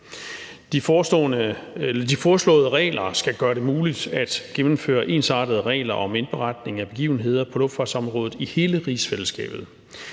De foreslåede regler skal gøre det muligt at gennemføre ensartede regler om indberetning af begivenheder på luftfartsområdet i hele rigsfællesskabet.